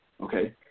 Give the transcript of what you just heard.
okay